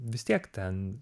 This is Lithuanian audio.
vis tiek ten